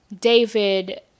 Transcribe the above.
David